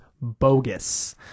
bogus